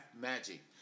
magic